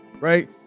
right